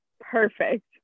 Perfect